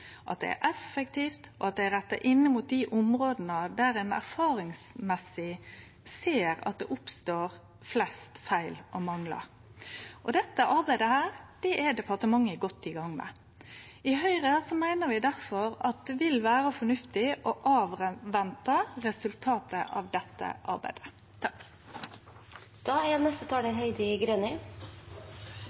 at det er effektivt, og at det er retta inn mot dei områda der ein erfaringsmessig ser at det oppstår flest feil og manglar. Dette arbeidet er departementet godt i gang med. I Høgre meiner vi derfor at det vil vere fornuftig å avvente resultatet av dette arbeidet.